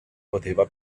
poteva